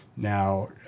Now